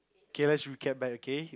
okay let's recap back again